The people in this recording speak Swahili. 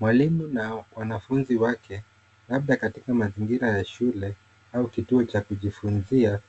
Mwalimu na wanafunzi wake, labda katika mazingira ya shule au kituo cha kujifunzia